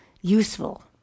useful